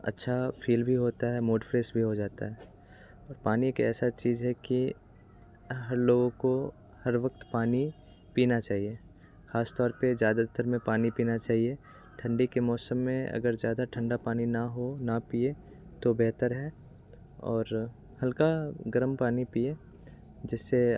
अच्छा फ़ील भी होता है मूड फ़्रेस भी हो जाता है और पानी एक ऐसी चीज़ है कि हर लोगों को हर वक़्त पानी पीना चाहिए खास तौर पे ज़्यादातर में पानी पीना चाहिए ठंडी के मौसम में अगर ज़्यादा ठंडा पानी ना हो ना पिएं तो बेहतर है और हल्का गर्म पानी पिएं जिससे